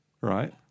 Right